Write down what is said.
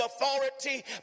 authority